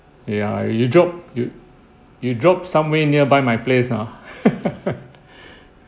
ya you drop you you drop somewhere nearby my place ah